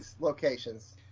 Locations